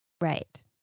Right